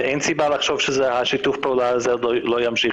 ואין סיבה לחשוב ששיתוף הפעול הזה לא ימשיך.